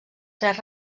tres